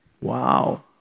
Wow